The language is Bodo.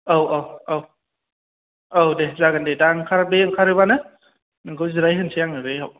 औ औ औ औ दे जागोन दे दा ओंखारबा बे ओंखारोबानो नोंखौ जिरायहोसै आङो बेयाव